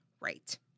right